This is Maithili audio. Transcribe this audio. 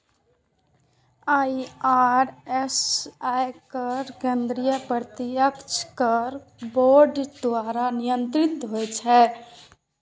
आई.आर.एस, आयकर केंद्रीय प्रत्यक्ष कर बोर्ड द्वारा नियंत्रित होइ छै